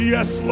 Yes